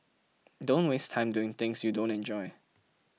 don't waste time doing things you don't enjoy